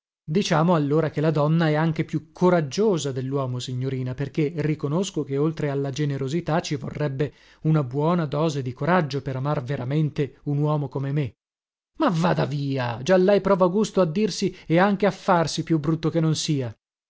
diciamo allora che la donna è anche più coraggiosa delluomo signorina perché riconosco che oltre alla generosità ci vorrebbe una buona dose di coraggio per amar veramente un uomo come me ma vada via già lei prova gusto a dirsi e anche a farsi più brutto che non sia